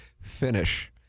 finish